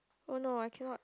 oh no I cannot